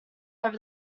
over